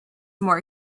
more